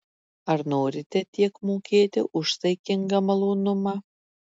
ar norite tiek mokėti už saikingą malonumą